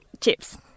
chips